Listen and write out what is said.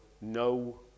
no